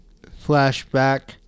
flashback